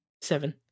seven